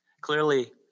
Clearly